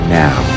now